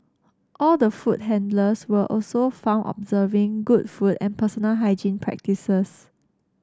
all the food handlers will also found observing good food and personal hygiene practices